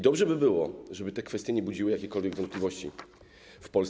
Dobrze by było, żeby te kwestie nie budziły jakichkolwiek wątpliwości w Polsce.